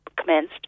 commenced